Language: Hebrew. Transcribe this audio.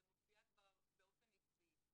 זה מופיע כבר באופן עקבי.